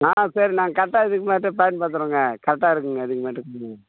நான் சரி நாங்கள் கரெக்டா இதுக்கு மேட்டு பயன்படுத்துகிறோங்க கரெக்டாக இருக்குதுங்க இதுக்கு மேட்டுங்கு